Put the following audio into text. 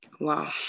Wow